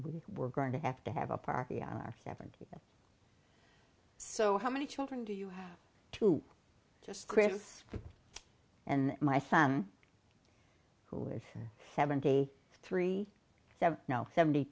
we were going to have to have a party on our seventy or so how many children do you have to just chris and my son who is seventy three so no seventy